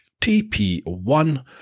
TP1